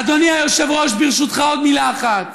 אדוני היושב-ראש, ברשותך, עוד מלה אחת: